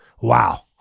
Wow